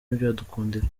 ntibyadukundira